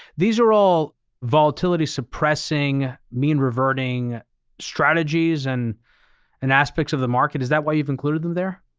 these are all volatility suppressing mean reverting strategies and and aspects of the market. is that why you've included them there?